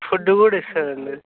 food కూడా ఇస్తుంది అండి